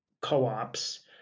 co-ops